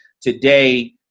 Today